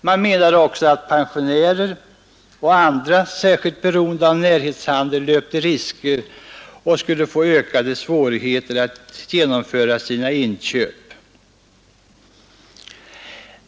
Man menade också att pensionärer och andra särskilt beroende av närhetshandel löpte risker att få ökade svårigheter att genomföra sina inköp.